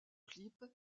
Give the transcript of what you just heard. clip